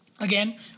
Again